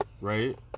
right